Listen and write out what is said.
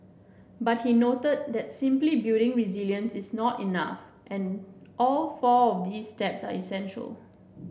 but he noted that simply building resilience is not enough and all four of these steps are essential